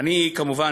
כמובן,